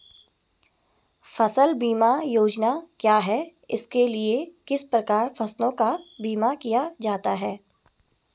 फ़सल बीमा योजना क्या है इसके लिए किस प्रकार फसलों का बीमा किया जाता है?